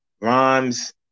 rhymes